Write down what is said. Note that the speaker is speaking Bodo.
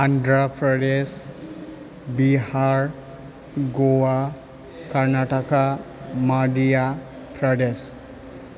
अन्ध्र प्रदेश बिहार गवा कार्नाटका मध्य प्रदेश